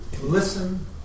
listen